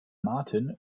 martin